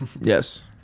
Yes